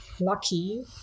Lucky